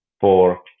Four